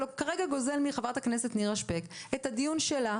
כרגע אתה גוזל מחברת הכנסת נירה שפק את הדיון שלה,